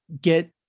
get